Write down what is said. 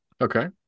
okay